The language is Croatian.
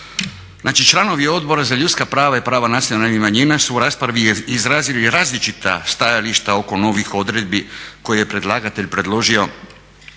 Znači, članovi Odbora za ljudska prava i prava nacionalnih manjina su u raspravi izrazili različita stajališta oko novih odredbi koje je predlagatelj predložio